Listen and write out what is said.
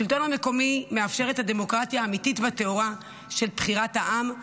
השלטון המקומי מאפשר את הדמוקרטיה האמיתית והטהורה של בחירת העם,